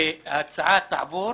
שההצעה תעבור